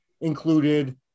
included